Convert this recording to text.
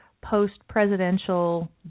post-presidential